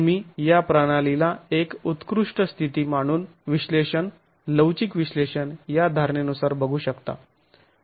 तुम्ही या प्रणालीला एक उत्कृष्ट स्थिती माणून विश्लेषण लवचिक विश्लेषण या धारणेनुसार बघु शकता